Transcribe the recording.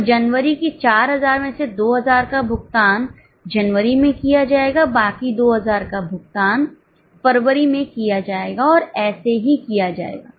तो जनवरी की 4000 में से 2000 का भुगतान जनवरी में किया जाएगा बाकी 2000 का भुगतानफरवरी में किया जाएगा और ऐसे ही किया जाएगा